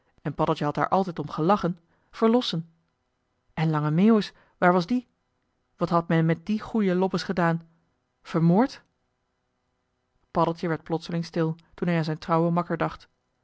en paddeltje had daar altijd om gelachen verlossen en lange meeuwis waar was die wat had men met dien goeien lobbes gedaan vermoord paddeltje werd plotseling stil toen hij aan z'n trouwen makker dacht